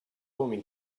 forming